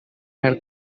her